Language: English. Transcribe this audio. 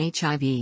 HIV